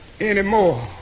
anymore